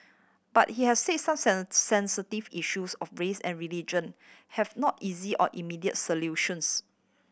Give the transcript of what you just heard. but he had say some sensitive issues of race and religion have no easy or immediate solutions